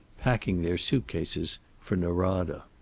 packing their suitcases for norada.